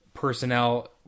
personnel